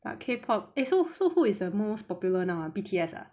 but K pop eh so so who is the most popular now ah B_T_S ah